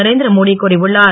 நரேந்திர மோடி கூறியுள்ளார்